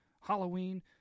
Halloween